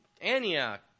Antioch